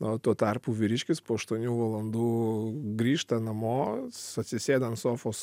o tuo tarpu vyriškis po aštuonių valandų grįžta namo atsisėda ant sofos